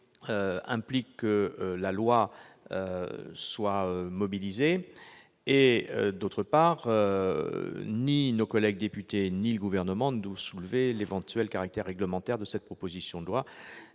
du sujet implique que la loi soit mobilisée. D'autre part, ni nos collègues députés ni le Gouvernement n'ont soulevé l'éventuel caractère réglementaire de cette proposition de loi.